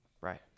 Right